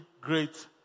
great